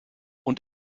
und